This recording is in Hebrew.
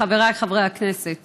חבריי חברי הכנסת